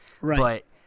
right